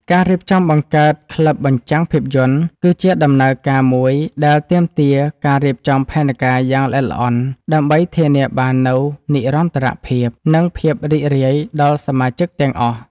ការរៀបចំបង្កើតក្លឹបបញ្ចាំងភាពយន្ត គឺជាដំណើរការមួយដែលទាមទារការរៀបចំផែនការយ៉ាងល្អិតល្អន់ ដើម្បីធានាបាននូវនិរន្តរភាព និងភាពរីករាយដល់សមាជិកទាំងអស់។